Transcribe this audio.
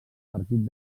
partit